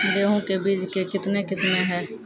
गेहूँ के बीज के कितने किसमें है?